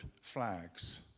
flags